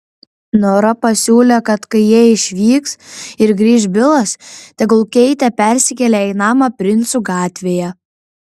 nora pasiūlė kad kai jie išvyks ir grįš bilas tegu keitė persikelia į namą princų gatvėje